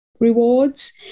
rewards